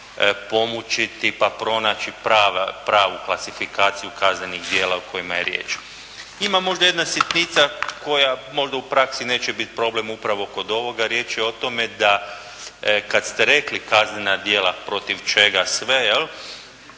pomučiti pa pronaći pravu klasifikaciju kaznenih djela o kojima je riječ. Ima možda jedna sitnica koja možda u praksi neće biti problem upravo kod ovoga. Riječ je o tome da kad ste rekli kaznena djela protiv čega sve,